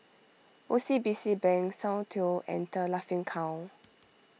O C B C Bank Soundteoh and the Laughing Cow